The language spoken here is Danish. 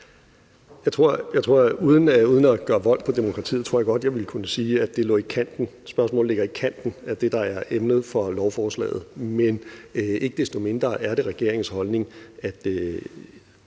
Uden at gøre vold på demokratiet tror jeg godt at jeg vil kunne sige, at det spørgsmål ligger i kanten af det, der er emnet i lovforslaget. Men ikke desto mindre er det regeringens holdning, at